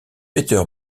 peter